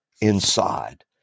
inside